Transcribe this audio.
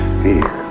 fear